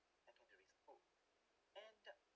secondary school and